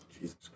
Jesus